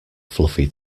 fluffy